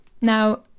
Now